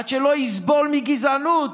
עד שלא יסבול מגזענות,